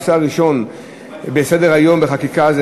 הנושא הראשון בסדר-היום של החקיקה הוא